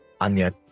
Anya